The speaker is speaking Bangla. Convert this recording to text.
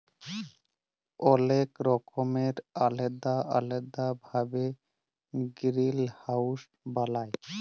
অলেক রকমের আলেদা আলেদা ভাবে গিরিলহাউজ বালায়